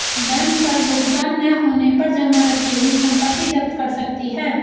bank कर्ज भुगतान न होने पर जमा रखी हुई संपत्ति जप्त कर सकती है